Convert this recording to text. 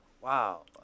wow